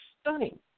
stunning